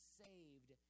saved